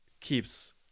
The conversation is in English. keeps